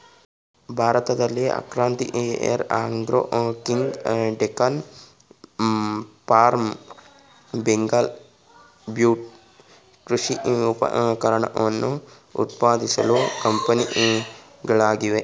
ಭಾರತದಲ್ಲಿ Akhatiyar agro king, Deccan farm, Bengal tools ಕೃಷಿ ಉಪಕರಣಗಳನ್ನು ಉತ್ಪಾದಿಸುವ ಕಂಪನಿಗಳಾಗಿವೆ